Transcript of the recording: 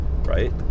Right